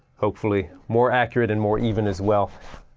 hopefully more accurate and more even as well.